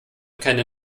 keine